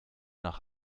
nach